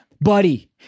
Buddy